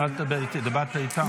אל תדבר איתי, דיברת איתם.